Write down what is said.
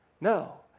No